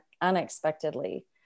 unexpectedly